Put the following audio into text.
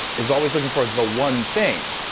is always looking for the one thing.